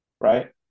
right